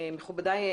מכובדיי,